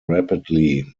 rapidly